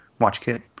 WatchKit